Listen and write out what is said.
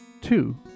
Two